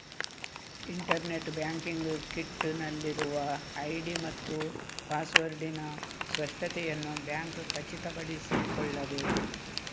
internet banking kit ನಲ್ಲಿರುವ ID ಮತ್ತು ಪಾಸ್ವರ್ಡಿನ ಸ್ಪಷ್ಟತೆಯನ್ನು ಬ್ಯಾಂಕ್ ಖಚಿತಪಡಿಸಿಕೊಳ್ಳಬೇಕು